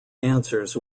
answers